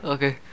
Okay